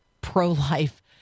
pro-life